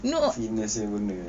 fitness punya benda eh